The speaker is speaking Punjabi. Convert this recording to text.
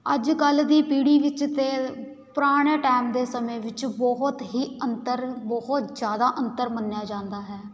ਅੱਜ ਕੱਲ੍ਹ ਦੀ ਪੀੜ੍ਹੀ ਵਿੱਚ ਅਤੇ ਪੁਰਾਣੇ ਟਾਈਮ ਦੇ ਸਮੇਂ ਵਿੱਚ ਬਹੁਤ ਹੀ ਅੰਤਰ ਬਹੁਤ ਜ਼ਿਆਦਾ ਅੰਤਰ ਮੰਨਿਆ ਜਾਂਦਾ ਹੈ